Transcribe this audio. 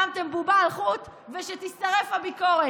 שמתם בובה על חוט, ושתישרף הביקורת.